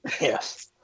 Yes